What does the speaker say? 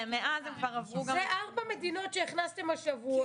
זה ארבע מדינות שהכנסתם השבוע --- כי